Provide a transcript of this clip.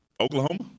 Oklahoma